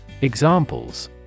Examples